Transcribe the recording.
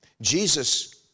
Jesus